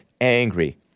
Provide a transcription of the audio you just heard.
angry